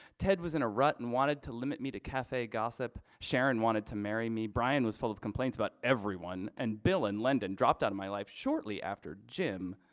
ted was in a rut and wanted to limit me to cafe gossip. sharon wanted to marry me. brian was full of complaints about everyone and bill in london dropped out of my life shortly after gym.